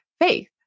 faith